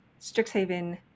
Strixhaven